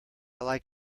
like